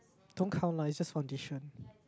don't count lah it's just foundation